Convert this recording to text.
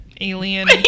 alien